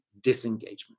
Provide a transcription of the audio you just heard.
disengagement